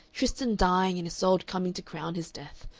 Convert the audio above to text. tristan dying and isolde coming to crown his death.